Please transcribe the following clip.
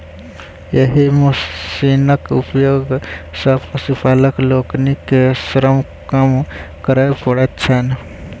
एहि मशीनक उपयोग सॅ पशुपालक लोकनि के श्रम कम करय पड़ैत छैन